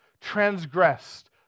transgressed